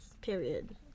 Period